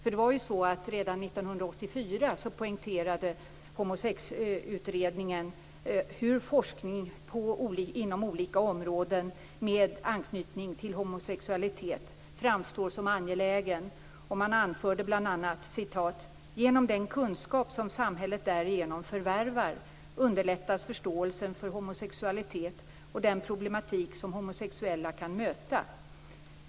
Redan 1984 poängterade ju homosexutredningen att forskning inom olika områden med anknytning till homosexualitet framstår som angelägen. Man anförde bl.a. att: "genom den kunskap som samhället därigenom förvärvar underlättas förståelsen för homosexualitet och den problematik som homosexuella kan möta.